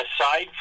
aside